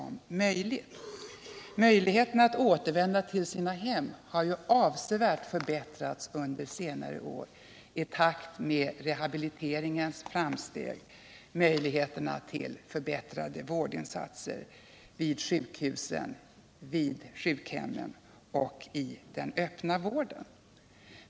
Möjligheten för dessa äldre att återvända till sina hem har avsevärt förbättrats under senare år i takt med rehabiliteringens framsteg och möjligheten till förbättrade vårdinsatser vid sjukhusen, vid sjukhemmen och i den öppna vården.